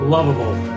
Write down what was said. Lovable